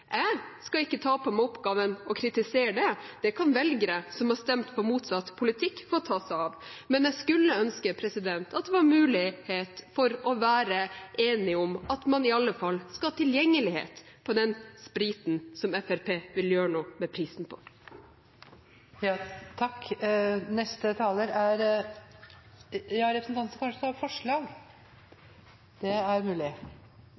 Jeg skal ikke ta på meg oppgaven med å kritisere det. Det kan velgere som har stemt på motsatt politikk, få ta seg av, men jeg skulle ønske at det var mulighet for å være enig om at man i alle fall skal ha tilgjengelighet på den spriten som Fremskrittspartiet vil gjøre noe med prisen på. Jeg tar opp SVs forslag i saken. Representanten Kirsti Bergstø har tatt opp det